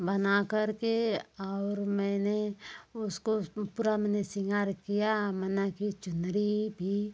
बनाकर के और मैंने उसको पूरा मैंने श्रृंगार किया माना की चुनरी भी